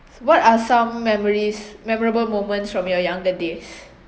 what are some memories memorable moments from your younger days